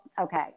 okay